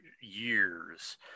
years